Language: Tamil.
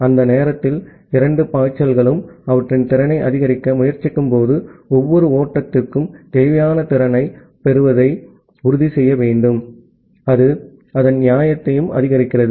அந்த நேரத்தில் இரண்டு பாய்ச்சல்களும் அவற்றின் திறனை அதிகரிக்க முயற்சிக்கும்போது ஒவ்வொரு ஓட்டத்திற்கும் தேவையான திறனைப் பெறுவதை உறுதி செய்ய வேண்டும் அது அதன் நியாயத்தையும் அதிகரிக்கிறது